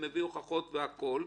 הוא מביא הוכחות והכול,